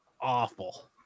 awful